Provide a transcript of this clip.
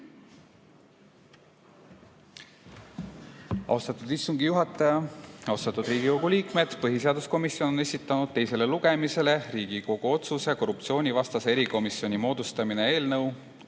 Austatud istungi juhataja! Austatud Riigikogu liikmed! Põhiseaduskomisjon on esitanud teisele lugemisele Riigikogu otsuse "Korruptsioonivastase erikomisjoni moodustamine" eelnõu